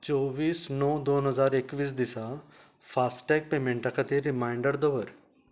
चौवीस णव दोन हजार एकवीस दिसा फास्ट टॅग पेमेंटा खातीर रिमायन्डर दवर